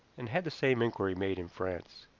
and had the same inquiry made in france.